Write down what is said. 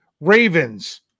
Ravens